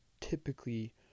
typically